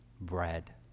Bread